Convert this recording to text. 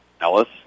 Ellis